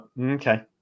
okay